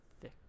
Thick